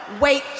Wait